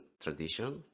tradition